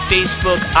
Facebook